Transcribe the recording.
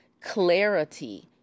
clarity